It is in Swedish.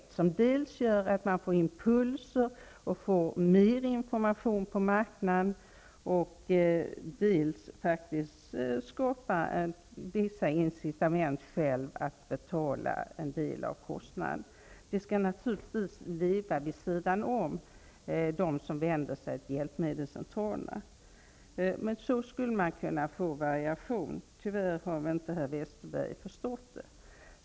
Det skulle dels innebära att marknaden fick impulser och mer information, dels skapa vissa incitament för de handikappade att själva betala en del av kostnaden. Detta skall naturligtvis existera vid sidan av hjälpmedelscentralerna. På detta sätt skulle man kunna få variation. Tyvärr har inte herr Westerberg förstått det.